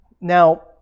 Now